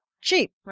cheap